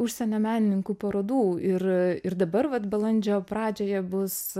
užsienio menininkų parodų ir ir dabar vat balandžio pradžioje bus